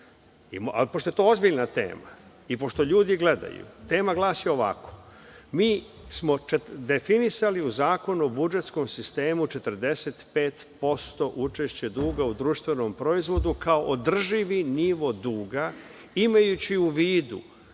ali pošto je to ozbiljna tema i pošto ljudi gledaju, tema glasi ovako – mi smo definisali u Zakonu o budžetskom sistemu 45% učešća duga u društvenom proizvodu kao održivi nivo duga, imajući u vidu